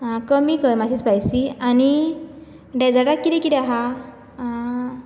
कमी कर मातशे स्पायसी आनी डेजर्टाक कितें कितें आसा आं